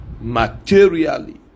materially